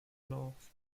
north